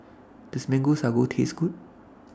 Does Mango Sago Taste Good